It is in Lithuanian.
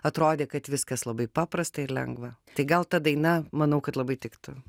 atrodė kad viskas labai paprasta ir lengva tai gal ta daina manau kad labai tiktų